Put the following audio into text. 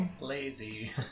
Lazy